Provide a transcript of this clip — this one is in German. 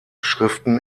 schriften